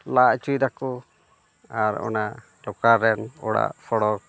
ᱞᱟ ᱦᱚᱪᱚᱭ ᱫᱟᱠᱚ ᱟᱨ ᱚᱱᱟ ᱚᱲᱟᱜ ᱯᱷᱚᱲᱚᱠ